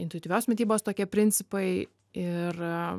intuityvios mitybos tokie principai ir